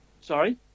sorry